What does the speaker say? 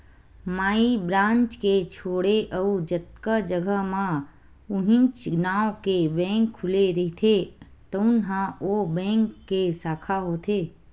माई branch के छोड़े अउ जतका जघा म उहींच नांव के बेंक खुले रहिथे तउन ह ओ बेंक के साखा होथे